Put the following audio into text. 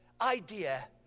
idea